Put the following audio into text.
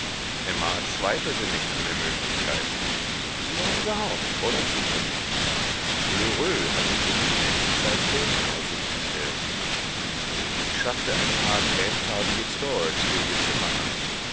emma zweifelte nicht an der möglichkeit sie war überhaupt voller zuversicht lheureux hatte ihr für die nächste zeit geld in aussicht gestellt sie schaffte ein paar cremefarbige stores für ihr zimmer an